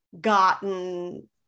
gotten